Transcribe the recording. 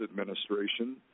administration